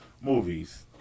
movies